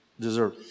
deserve